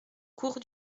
cours